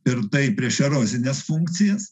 ir taip priešerozines funkcijas